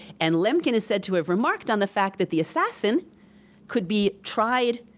and lemkin is said to have remarked on the fact that the assassin could be tried,